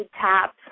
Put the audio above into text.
tap